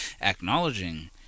acknowledging